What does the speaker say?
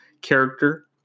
character